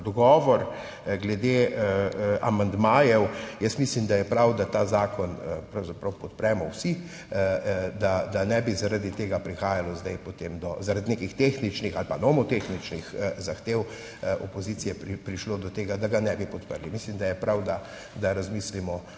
dogovor glede amandmajev, jaz mislim, da je prav, da ta zakon pravzaprav podpremo vsi, da ne bi potem zaradi nekih tehničnih ali pa nomotehničnih zahtev opozicije prišlo do tega, da ga ne bi podprli. Mislim, da je prav, da razmislimo